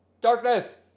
Darkness